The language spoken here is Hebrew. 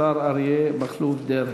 השר אריה מכלוף דרעי.